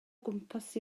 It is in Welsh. gwmpas